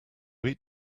eat